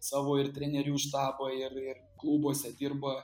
savo ir trenerių štabą ir ir klubuose dirba